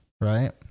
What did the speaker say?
Right